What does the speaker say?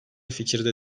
fikirde